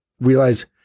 realize